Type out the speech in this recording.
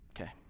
okay